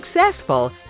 successful